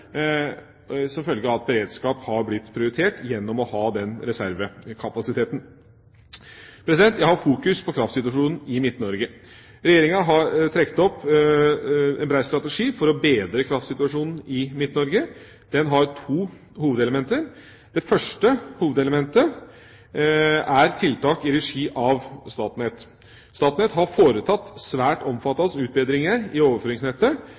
at beredskap har blitt prioritert gjennom denne reservekapasiteten. Jeg har fokus på kraftsituasjonen i Midt-Norge. Regjeringa har trukket opp en bred strategi for å bedre kraftsituasjonen i Midt-Norge. Den har to hovedelementer. Det første hovedelementet er tiltak i regi av Statnett. Statnett har foretatt svært omfattende utbedringer i overføringsnettet